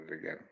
again